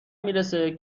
میرسه